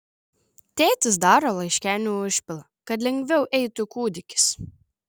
tėtis daro laiškenių užpilą kad lengviau eitų kūdikis